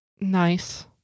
Nice